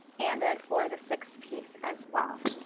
and then for the six piece as well.